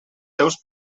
seus